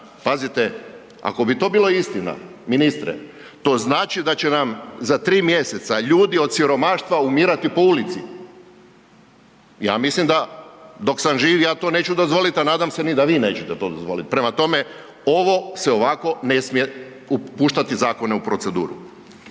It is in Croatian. Pazite, ako bi to bilo istina ministre to znači da će nam za tri mjeseca ljudi od siromaštva umirati po ulici, ja mislim da dok sam živ da ja to neću dozvoliti, a nadam se ni da vi nećete to dozvoliti. Prema tome, ovo se ovako ne smije puštati zakone u proceduru.